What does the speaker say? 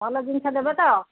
ଭଲ ଜିନିଷ ଦେବେ ତ